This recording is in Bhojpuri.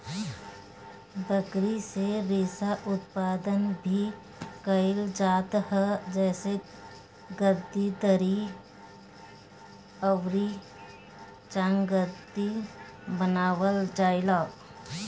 बकरी से रेशा उत्पादन भी कइल जात ह जेसे गद्दी, दरी अउरी चांगथंगी बनावल जाएला